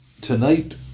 tonight